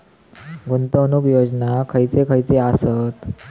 गुंतवणूक योजना खयचे खयचे आसत?